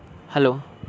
hello